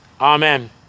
Amen